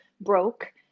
broke